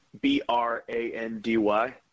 B-R-A-N-D-Y